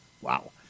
Wow